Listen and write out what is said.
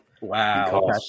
Wow